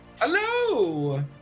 Hello